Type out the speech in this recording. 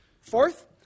Fourth